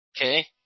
Okay